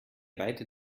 beide